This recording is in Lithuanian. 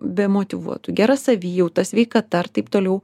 bemotyvuotų gera savijauta sveikata ir taip toliau